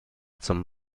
zum